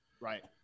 Right